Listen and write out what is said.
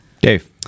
dave